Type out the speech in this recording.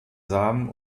samen